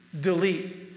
Delete